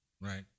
right